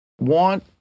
want